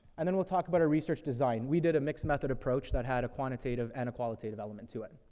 and then we'll talk about our research design. we did a mix method approach that had a quantitative and a qualitative element to it.